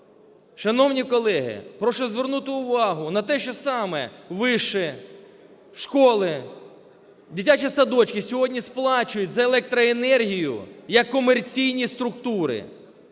Шановні колеги, прошу звернути увагу на те, що саме виші, школи, дитячі садочки сьогодні сплачують за електроенергію як комерційні структури.